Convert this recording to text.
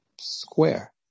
square